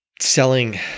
selling